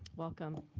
welcome.